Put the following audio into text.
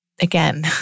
again